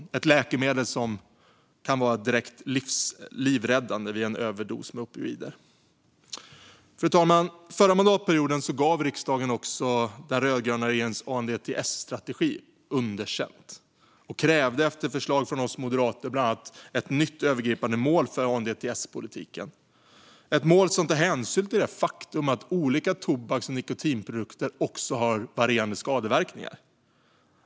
Det är ett läkemedel som kan vara direkt livräddande vid en överdos med opioider. Fru talman! Förra mandatperioden gav riksdagen den rödgröna regeringens ANDTS-strategi underkänt och krävde efter förslag från Moderaterna bland annat ett nytt övergripande mål för ANDTS-politiken. Det ska vara ett mål som tar hänsyn till det faktum att olika tobaks och nikotinprodukter ger varierade skadeverkningar.